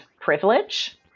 privilege